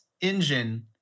engine